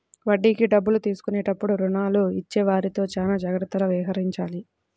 వడ్డీకి డబ్బులు తీసుకున్నప్పుడు రుణాలు ఇచ్చేవారితో చానా జాగ్రత్తగా వ్యవహరించాలి